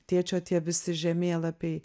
tėčio tie visi žemėlapiai